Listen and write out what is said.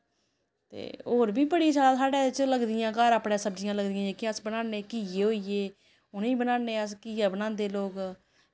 ते होर बी बड़ियां शैल लगदियां साढ़े घर अपने सब्जियां लगदियां जेह्के अस बनान्ने घिये होई गे उ'नें बी बनान्ने अस घिया बनांदे लोग